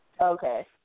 Okay